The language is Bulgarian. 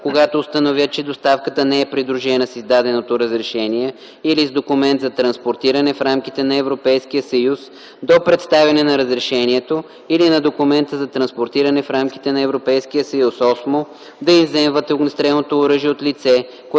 когато установят, че доставката не е придружена с издаденото разрешение или с документ за транспортиране в рамките на Европейския съюз, до представянето на разрешението или на документа за транспортиране в рамките на Европейския съюз; 8. да изземват огнестрелното оръжие от лице,